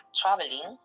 traveling